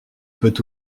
peut